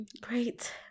great